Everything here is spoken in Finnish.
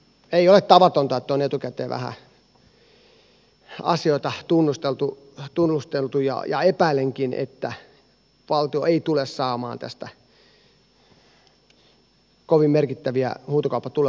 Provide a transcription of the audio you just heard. ei ole tavatonta että on etukäteen vähän asioita tunnusteltu ja epäilenkin että valtio ei tule saamaan tästä kovin merkittäviä huutokauppatuloja